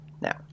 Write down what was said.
Now